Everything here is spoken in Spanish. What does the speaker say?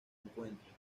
encuentren